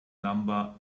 number